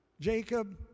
Jacob